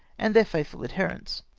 and their faithful adherents.